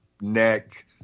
neck